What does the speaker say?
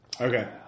Okay